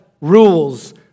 rules